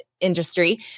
industry